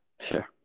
Sure